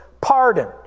pardon